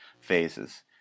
phases